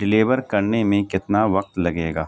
deliver کرنے میں کتنا وقت لگے گا